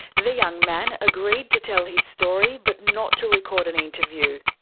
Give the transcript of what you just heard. the young man agreed to tell his story but not to record an interview.